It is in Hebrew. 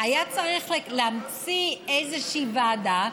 היה צריך להמציא איזושהי ועדה,